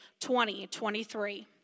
2023